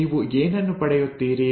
ನೀವು ಏನನ್ನು ಪಡೆಯುತ್ತೀರಿ